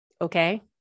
okay